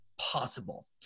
possible